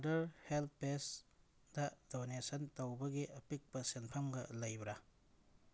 mother help ꯄꯦꯖꯇ donation ꯇꯧꯕꯒꯤ ꯑꯄꯤꯛꯄ ꯁꯦꯟꯐꯝꯒ ꯂꯩꯕ꯭ꯔꯥ